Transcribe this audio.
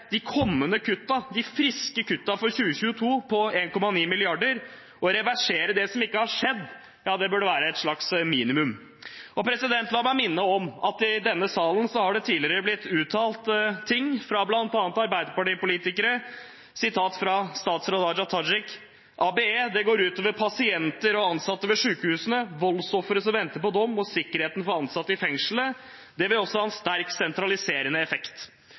de kommende kuttene, de friske kuttene for 2022, på 1,9 mrd. kr. Å reversere det som ikke har skjedd, burde være et slags minimum. La meg minne om at i denne salen har det tidligere kommet uttalelser fra Arbeiderparti-politikere, bl.a. fra statsråd Hadia Tajik, om ABE-reformen: «Dette går ut over pasienter og ansatte ved sykehusene, voldsofre som venter på dom og sikkerheten for ansatte i fengslene. Det vil også ha en sterkt sentraliserende effekt.»